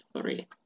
three